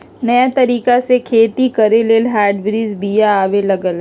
नयाँ तरिका से खेती करे लेल हाइब्रिड बिया आबे लागल